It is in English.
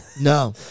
No